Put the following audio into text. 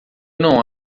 não